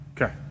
Okay